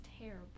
terrible